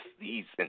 season